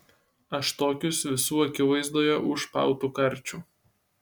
aš tokius visų akivaizdoje už pautų karčiau